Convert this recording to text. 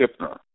Kipner